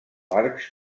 arcs